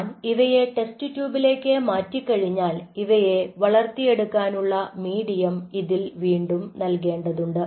ഞാൻ ഇവയെ ടെസ്റ്റ് ട്യൂബിലേക്ക് മാറ്റി കഴിഞ്ഞാൽ ഇവയെ വളർത്തിയെടുക്കാനുള്ള മീഡിയം ഇതിൽ വീണ്ടും നൽകേണ്ടതുണ്ട്